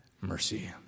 mercy